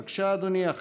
בבקשה, אדוני.